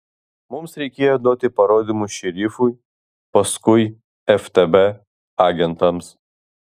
mums reikėjo duoti parodymus šerifui paskui ftb agentams